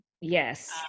Yes